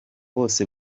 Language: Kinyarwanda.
bose